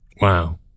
Wow